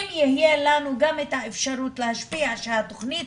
אם יהיה לנו גם את האפשרות להשפיע שהתכנית